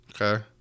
okay